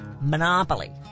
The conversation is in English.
Monopoly